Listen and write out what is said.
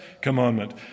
commandment